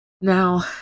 Now